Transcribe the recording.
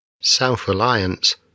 Self-reliance